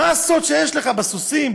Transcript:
מה הסוד שיש לך בסוסים,